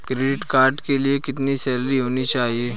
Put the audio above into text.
Credit card के लिए कितनी सैलरी होनी चाहिए?